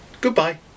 Goodbye